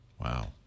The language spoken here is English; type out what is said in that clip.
Wow